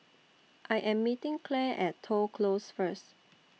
I Am meeting Clare At Toh Close First